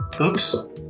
Oops